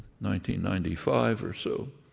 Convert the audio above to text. ninety ninety five or so,